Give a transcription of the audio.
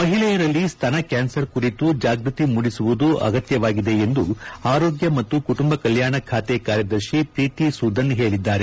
ಮಹಿಳೆಯರಲ್ಲಿ ಸ್ತನ ಕ್ಲಾನ್ಸರ್ ಕುರಿತು ಜಾಗೃತಿ ಮೂಡಿಸುವುದು ಅಗತ್ಯವಾಗಿದೆ ಎಂದು ಆರೋಗ್ಯ ಮತ್ತು ಕುಟುಂಬ ಕಲ್ಲಾಣ ಖಾತೆ ಕಾರ್ಯದರ್ಶಿ ಪ್ರೀತಿ ಸೂದನ್ ಹೇಳಿದ್ದಾರೆ